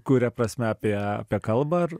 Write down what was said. kuria prasme apie apie kalbą ar